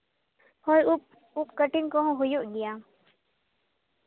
ᱦᱳᱭ ᱩᱵ ᱩᱵ ᱠᱟᱴᱤᱱ ᱠᱚᱦᱚᱸ ᱦᱩᱭᱩᱜ ᱜᱮᱭᱟ